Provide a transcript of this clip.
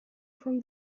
from